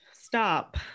stop